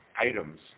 items